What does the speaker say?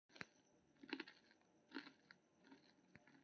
भारतक लोक जीवन सं सेहो मानसूनक बहुत जुड़ाव छै